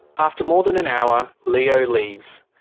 after more than an hour, leo leaves.